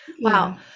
Wow